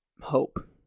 Hope